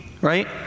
Right